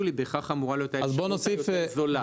בהכרח אמורה להיות האפשרות היותר זולה.